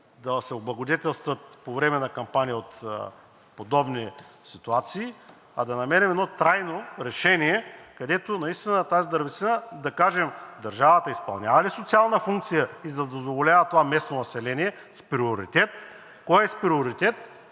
да се облагодетелстват по време на кампания от подобни ситуации, а да намерим едно трайно решение, където тази дървесина – да кажем, държавата изпълнява ли социална функция и задоволява ли това местно население с приоритет. Кой е с приоритет